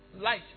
light